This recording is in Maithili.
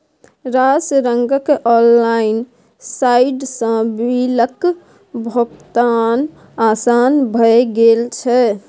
रास रंगक ऑनलाइन साइटसँ बिलक भोगतान आसान भए गेल छै